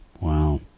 Wow